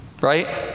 Right